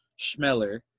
Schmeller